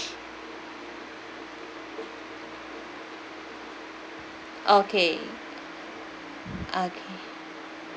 okay okay